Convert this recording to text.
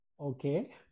okay